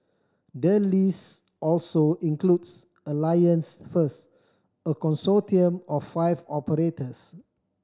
the list also includes Alliance First a consortium of five operators